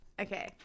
Okay